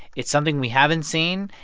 it's something we haven't seen.